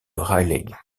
raleigh